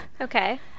okay